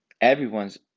everyone's